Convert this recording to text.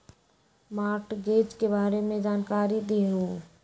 Mortgage के बारे में जानकारी देहु?